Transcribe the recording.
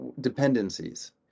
dependencies